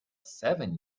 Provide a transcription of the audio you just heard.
seven